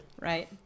right